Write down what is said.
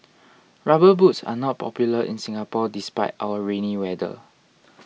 rubber boots are not popular in Singapore despite our rainy weather